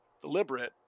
deliberate